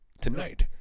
tonight